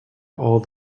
all